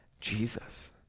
Jesus